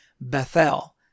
Bethel